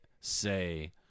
say